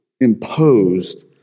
imposed